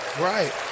Right